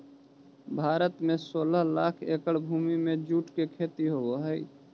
भारत में सोलह लाख एकड़ भूमि में जूट के खेती होवऽ हइ